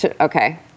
Okay